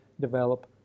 develop